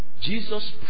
Jesus